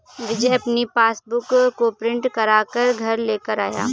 विजय अपनी पासबुक को प्रिंट करा कर घर लेकर आया है